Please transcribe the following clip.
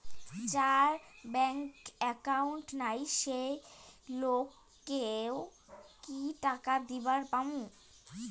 যার bank account নাই সেই লোক কে ও কি টাকা দিবার পামু?